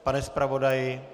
Pane zpravodaji...